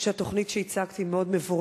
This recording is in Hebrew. אני חושבת שהתוכנית שהצגת היא מאוד מבורכת.